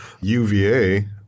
UVA